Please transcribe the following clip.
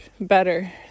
better